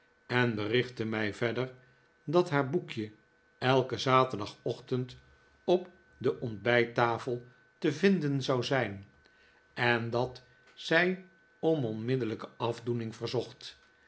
en berichtte mij verder dat haar boekje elken zaterdagochtend op de ontbijttafel te vinden zou zijn en dat zij om onmiddellijke afdoening verzocht